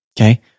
Okay